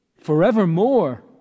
forevermore